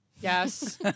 Yes